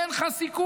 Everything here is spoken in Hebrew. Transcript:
אין לך סיכוי.